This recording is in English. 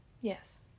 Yes